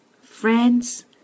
Friends